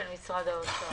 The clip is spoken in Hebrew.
של משרד האוצר?